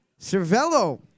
Cervello